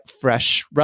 fresh